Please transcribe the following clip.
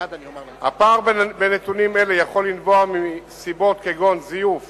הפער בין נתונים אלה יכול לנבוע מסיבות כגון זיוף